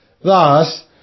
Thus